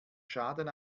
schaden